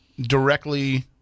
directly